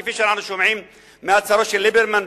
כפי שאנחנו שומעים מההצהרות של ליברמן,